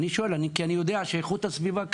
אני שואל כי אני יודע שהמשרד לאיכות הסביבה,